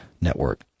network